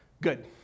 good